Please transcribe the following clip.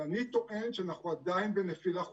ואני טוען שאנחנו עדיין בנפילה חופשית,